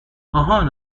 آهان